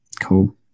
cool